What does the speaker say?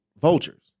vultures